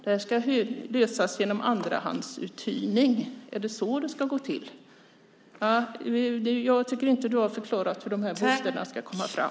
Det ska lösas genom andrahandsuthyrning. Är det så det ska gå till? Jag tycker inte att du har förklarat hur de här bostäderna ska komma fram.